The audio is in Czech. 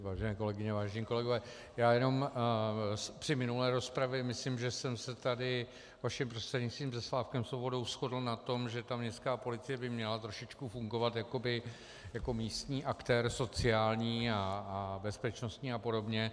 Vážené kolegyně, vážení kolegové, při minulé rozpravě myslím, že jsem se tady vaším prostřednictvím se Slávkem Svobodou shodl na tom, že ta městská policie by měla trošičku fungovat jako místní aktér sociální, bezpečnostní apod.